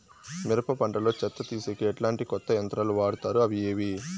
మిరప పంట లో చెత్త తీసేకి ఎట్లాంటి కొత్త యంత్రాలు వాడుతారు అవి ఏవి?